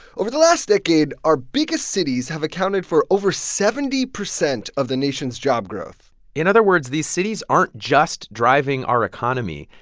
over the last decade, our biggest cities have accounted for over seventy percent of the nation's job growth in other words, these cities aren't just driving our economy.